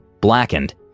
blackened